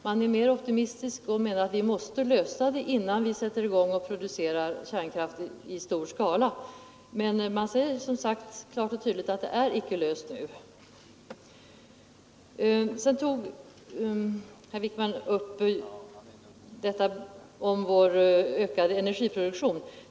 Man är mer optimistisk och menar att vi måste lösa det innan vi sätter i gång att producera kärnkraft i stor skala, men man säger som sagt klart och tydligt att problemet nu icke är löst. Sedan tog herr Wijkman upp frågan om vår ökade energiproduktion.